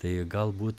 tai galbūt